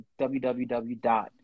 www